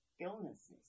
illnesses